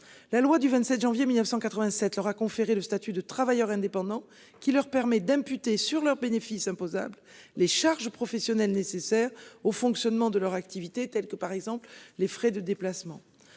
La loi du 27 janvier 1987 leur a conféré le statut de travailleur indépendant qui leur permet d'imputer sur leur bénéfice imposable les charges professionnelles nécessaires au fonctionnement de leur activité tels que par exemple les frais de déplacements